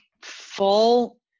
full